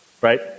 right